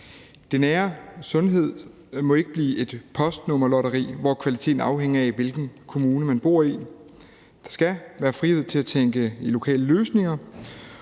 Det nære sundhedsvæsen må ikke blive et postnummerlotteri, hvor kvaliteten afhænger af, hvilken kommune man bor i. Der skal være frihed til at tænke i lokale løsninger,